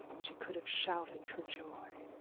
she could have shouted for joy.